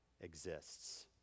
exists